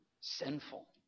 sinful